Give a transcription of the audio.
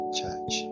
church